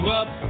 up